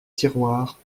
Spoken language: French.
tiroir